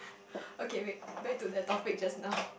okay wait back to that topic just now I